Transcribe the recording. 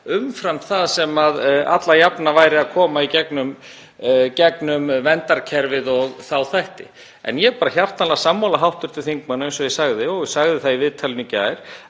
umfram það sem alla jafna væri að koma í gegnum verndarkerfið og þá þætti. Ég er bara hjartanlega sammála hv. þingmanni, eins og ég sagði. Ég sagði það í viðtalinu í gær